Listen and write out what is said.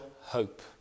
hope